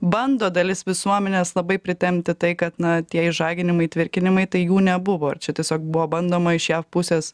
bando dalis visuomenės labai pritempti tai kad na tie išžaginimai tvirkinimai tai jų nebuvo čia tiesiog buvo bandoma iš jav pusės